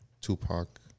Tupac